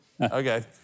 Okay